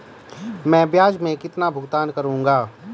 मैं ब्याज में कितना भुगतान करूंगा?